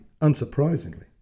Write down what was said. unsurprisingly